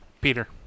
Peter